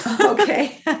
Okay